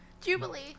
Jubilee